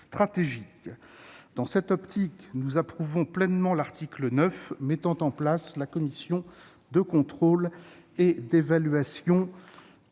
Dans cette perspective, nous approuvons pleinement l'article 9 mettant en place la commission de contrôle et d'évaluation